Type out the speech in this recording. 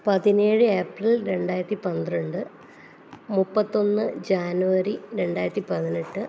പതിനേഴ് ഏപ്രിൽ രണ്ടായിരത്തി പന്ത്രണ്ട് മുപ്പത്തൊന്ന് ജാനുവരി രണ്ടായിരത്തി പതിനെട്ട്